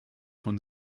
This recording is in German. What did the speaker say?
von